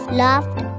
laughed